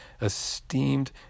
esteemed